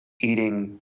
eating